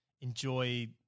enjoy